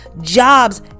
jobs